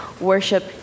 worship